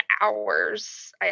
hours